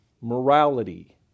Morality